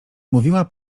mówiła